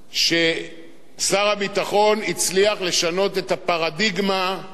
הצליח לשנות את הפרדיגמה הפוליטית הידועה: